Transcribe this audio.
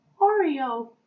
Oreo